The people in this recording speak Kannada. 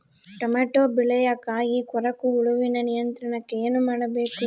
ಟೊಮೆಟೊ ಬೆಳೆಯ ಕಾಯಿ ಕೊರಕ ಹುಳುವಿನ ನಿಯಂತ್ರಣಕ್ಕೆ ಏನು ಮಾಡಬೇಕು?